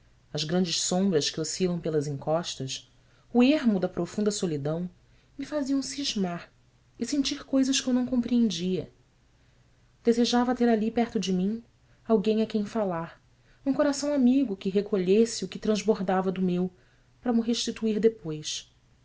as grandes sombras que oscilam pelas encostas o ermo da profunda solidão me faziam cismar e sentir coisas que eu não compreendia desejava ter ali perto de mim alguém a quem falar um coração amigo que recolhesse o que transbordava do meu para mo restituir depois